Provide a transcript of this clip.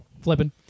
flipping